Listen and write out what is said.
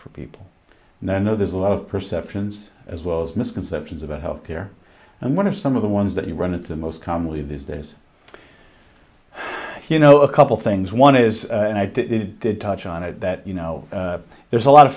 for people and then there's a lot of perceptions as well as misconceptions about health care and one of some of the ones that you run into the most commonly these days you know a couple things one is and i did touch on it that you know there's a lot of